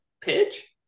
pitch